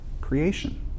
creation